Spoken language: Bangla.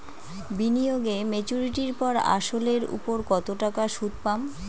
বিনিয়োগ এ মেচুরিটির পর আসল এর উপর কতো টাকা সুদ পাম?